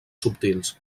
subtils